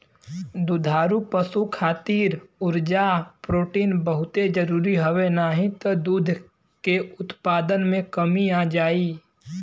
दुधारू पशु खातिर उर्जा, प्रोटीन बहुते जरुरी हवे नाही त दूध के उत्पादन में कमी आ जाई